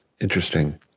Interesting